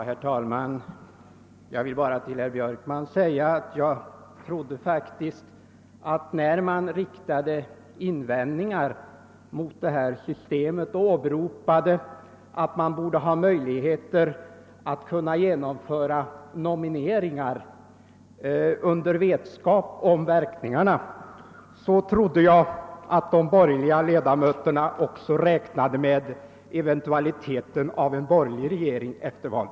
Herr talman! Jag vill bara säga herr Björkman att jag, när ni riktade invändningar mot det här systemet och framhöll att man borde ha möjligheter att genomföra nomineringar med vetskap om verkningarna, faktiskt trodde att de borgerliga ledamöterna räknade med eventualiteten av en borgerlig regering efter valet.